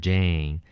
Jane